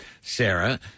Sarah